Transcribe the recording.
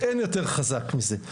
אין יותר חזק מזה,